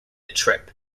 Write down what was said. trip